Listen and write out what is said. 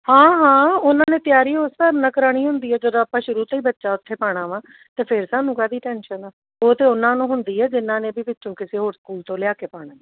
ਹਾਂ ਹਾਂ ਉਹਨਾਂ ਨੇ ਤਿਆਰੀ ਉਸ ਹਿਸਾਬ ਨਾਲ ਕਰਵਾਉਣੀ ਹੁੰਦੀ ਆ ਜਦੋਂ ਆਪਾਂ ਸ਼ੁਰੂ ਤੋਂ ਹੀ ਬੱਚਾ ਉੱਥੇ ਪਾਉਣਾ ਵਾ ਤਾਂ ਫਿਰ ਸਾਨੂੰ ਕਾਹਦੀ ਟੈਂਸ਼ਨ ਆ ਉਹ ਤਾਂ ਉਹਨਾਂ ਨੂੰ ਹੁੰਦੀ ਹੈ ਜਿਨ੍ਹਾਂ ਨੇ ਵੀ ਵਿੱਚੋਂ ਕਿਸੇ ਹੋਰ ਸਕੂਲ ਤੋਂ ਲਿਆ ਕੇ ਪਾਉਣਾ ਹੈ